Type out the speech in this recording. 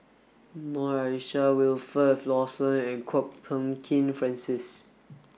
Noor Aishah Wilfed Lawson and Kwok Peng Kin Francis